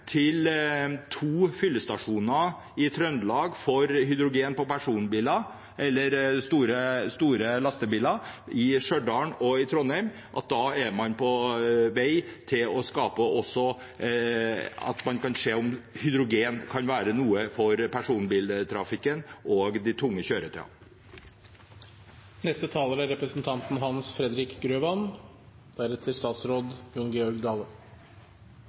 til to fyllestasjoner i Trøndelag for hydrogen på personbiler eller store lastebiler, i Stjørdal og Trondheim, er man på vei mot å se om også hydrogen kan være noe for personbiltrafikken og de tunge